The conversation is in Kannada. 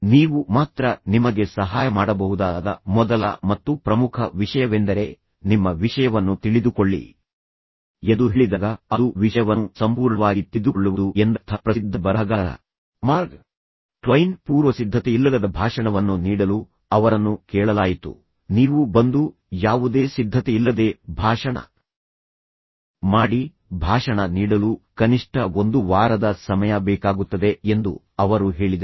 ನೀವು ಮಾತ್ರ ನಿಮಗೆ ಸಹಾಯ ಮಾಡಬಹುದಾದ ಮೊದಲ ಮತ್ತು ಪ್ರಮುಖ ವಿಷಯವೆಂದರೆ ನಿಮ್ಮ ವಿಷಯವನ್ನು ತಿಳಿದುಕೊಳ್ಳಿ ಎಂದು ಹೇಳಿದಾಗ ಅದು ವಿಷಯವನ್ನು ಸಂಪೂರ್ಣವಾಗಿ ತಿಳಿದುಕೊಳ್ಳುವುದು ಎಂದರ್ಥ ಪ್ರಸಿದ್ಧ ಬರಹಗಾರ ಮಾರ್ಕ್ ಟ್ವೈನ್ ಪೂರ್ವಸಿದ್ಧತೆಯಿಲ್ಲದ ಭಾಷಣವನ್ನು ನೀಡಲು ಅವರನ್ನು ಕೇಳಲಾಯಿತು ನೀವು ಬಂದು ಯಾವುದೇ ಸಿದ್ಧತೆಯಿಲ್ಲದೆ ಭಾಷಣ ಮಾಡಿ ಭಾಷಣ ನೀಡಲು ಕನಿಷ್ಠ ಒಂದು ವಾರದ ಸಮಯ ಬೇಕಾಗುತ್ತದೆ ಎಂದು ಅವರು ಹೇಳಿದರು